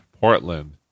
Portland